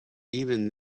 even